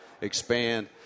expand